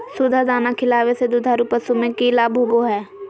सुधा दाना खिलावे से दुधारू पशु में कि लाभ होबो हय?